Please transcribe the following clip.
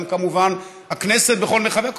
וכמובן, גם הכנסת בכל מרחביה.